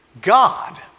God